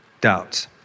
doubts